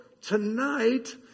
Tonight